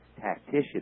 tactician